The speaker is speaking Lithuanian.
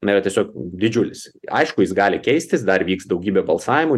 na yra tiesiog didžiulis aišku jis gali keistis dar vyks daugybė balsavimų